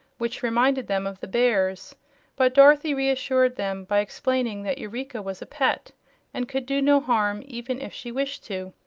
which reminded them of the bears but dorothy reassured them by explaining that eureka was a pet and could do no harm even if she wished to.